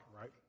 Right